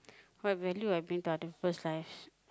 what value I bring to other people's lives